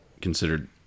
considered